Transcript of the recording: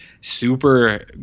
super